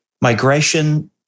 Migration